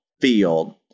field